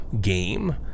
game